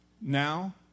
now